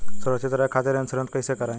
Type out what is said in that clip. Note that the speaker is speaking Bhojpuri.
सुरक्षित रहे खातीर इन्शुरन्स कईसे करायी?